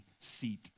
seat